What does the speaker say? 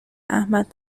احمد